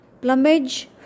plumage